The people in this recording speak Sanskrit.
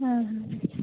हा हा